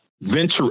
venture